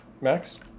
Max